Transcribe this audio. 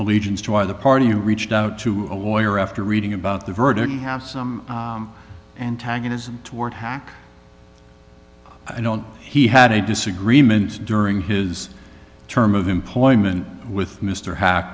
allegiance to either party who reached out to a lawyer after reading about the verdict we have some antagonism toward hack i don't he had a disagreement during his term of employment with mr ha